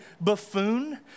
buffoon